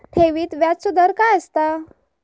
ठेवीत व्याजचो दर काय असता?